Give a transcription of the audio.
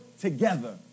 together